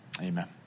Amen